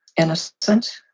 innocent